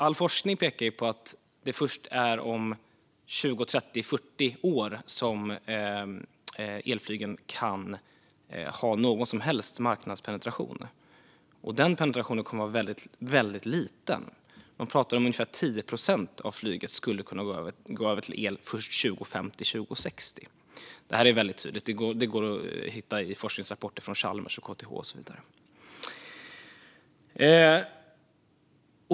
All forskning pekar nämligen på att det är om först 20, 30 eller 40 år som elflyget kan ha någon som helst marknadspenetration. Den penetrationen kommer dessutom att vara väldigt liten; det pratas om att ungefär 10 procent av flyget skulle kunna gå över till el, och då först 2050 eller 2060. Detta är väldigt tydligt och går att hitta i forskningsrapporter från Chalmers, KTH och så vidare.